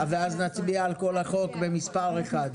ואז נצביע על כל החוק במספר אחד.